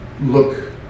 Look